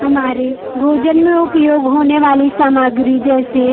हमारे भोजन में उपयोग होने वाली सामाग्री जैसे